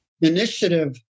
initiative